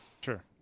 Sure